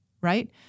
right